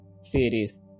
Series